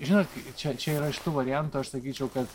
žinot kai čia čia yra iš tų variantų aš sakyčiau kad